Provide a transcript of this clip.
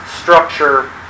structure